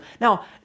Now